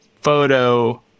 photo